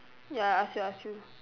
ya I ask you ask you